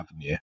avenue